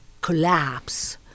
collapse